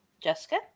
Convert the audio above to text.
Jessica